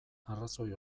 arrazoi